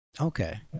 Okay